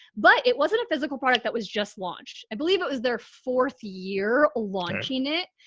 but it wasn't a physical product that was just launched, i believe it was their fourth year launching it.